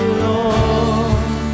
Lord